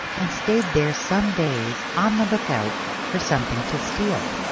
and stayed there some days on the look-out for something to steal.